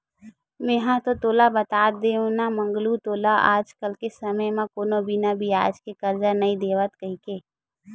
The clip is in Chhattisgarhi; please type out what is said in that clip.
मेंहा तो तोला बता देव ना मंगलू तोला आज के समे म कोनो बिना बियाज के करजा नइ देवय कहिके